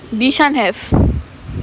bishan have